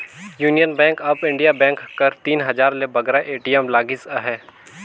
union bank of India bank कर तीन हजार ले बगरा ए.टी.एम लगिस अहे